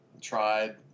tried